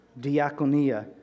diaconia